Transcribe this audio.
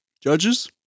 Judges